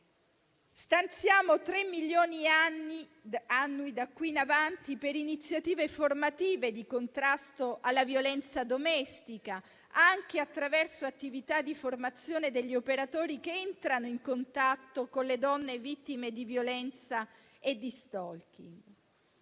Stanziamo 3 milioni annui, da qui in avanti, per iniziative formative di contrasto alla violenza domestica, anche attraverso attività di formazione degli operatori che entrano in contatto con le donne vittime di violenza e di *stalking*.